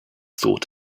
thought